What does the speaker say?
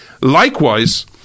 Likewise